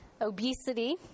obesity